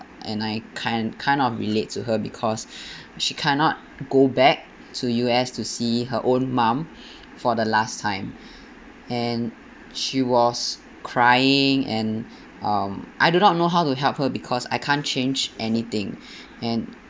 and I kind kind of relate to her because she cannot go back to U_S to see her own mum for the last time and she was crying and um I do not know how to help her because I can't change anything and